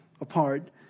apart